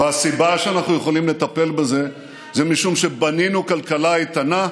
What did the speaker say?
והסיבה שאנחנו יכולים לטפל בזה היא שבנינו כלכלה איתנה,